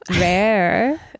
Rare